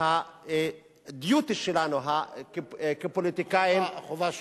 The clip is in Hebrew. וה-duty שלנו כפוליטיקאים, החובה שלנו.